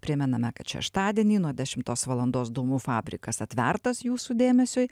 primename kad šeštadienį nuo dešimtos valandos dūmų fabrikas atvertas jūsų dėmesiui